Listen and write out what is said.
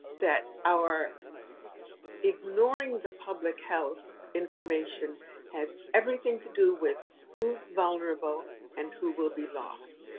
that our ignoring the public health information has everything to do with who's vulnerable and who will be lost.